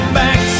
back